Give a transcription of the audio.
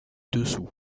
dessous